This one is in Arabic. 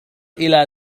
إلى